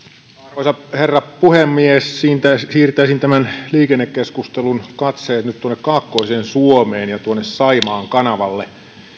arvoisa herra puhemies siirtäisin tämän liikennekeskustelun katseet nyt kaakkoiseen suomeen ja saimaan kanavalle ja